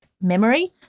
memory